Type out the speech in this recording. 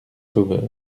sauveur